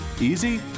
easy